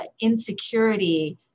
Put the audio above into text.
insecurity